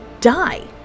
die